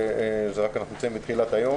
אנחנו נמצאים רק בתחילת היום